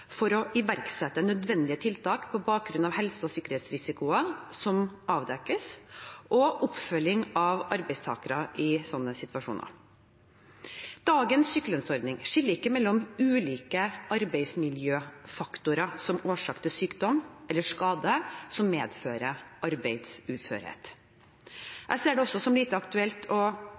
å iverksette nødvendige tiltak på bakgrunn av helse- og sikkerhetsrisikoer som avdekkes, og oppfølging av arbeidstakere i slike situasjoner. Dagens sykelønnsordning skiller ikke mellom ulike arbeidsmiljøfaktorer som årsak til sykdom eller skade som medfører arbeidsuførhet. Jeg ser det også som lite aktuelt å